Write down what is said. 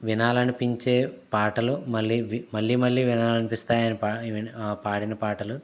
వినాలనిపించే పాటలు మళ్ళీ మళ్ళీ మళ్ళీ వినాలనిపిస్తాయి ఆయన ఇవ పాడిన పాటలు